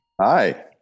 Hi